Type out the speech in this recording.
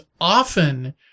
often